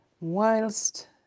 whilst